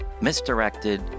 misdirected